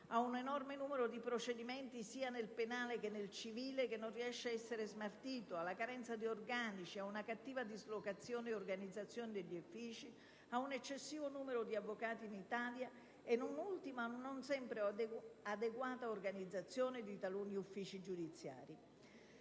ad un enorme numero di procedimenti, sia nel penale che nel civile, che non riesce ad essere smaltito; dalla carenza di organico alla cattiva dislocazione e organizzazione degli uffici; dall'eccessivo numero di avvocati in Italia ad una non sempre adeguata organizzazione di taluni uffici giudiziari.